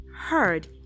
heard